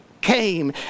came